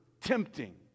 tempting